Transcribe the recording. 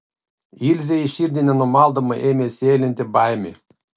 ilzei į širdį nenumaldomai ėmė sėlinti baimė